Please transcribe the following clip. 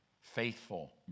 faithful